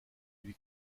lui